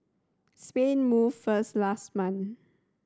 Spain moved first last month